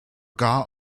gar